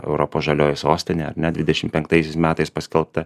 europos žalioji sostinė ar ne dvidešim penktaisiais metais paskelbta